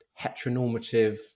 heteronormative